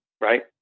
right